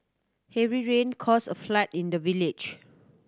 heavy rain caused a flood in the village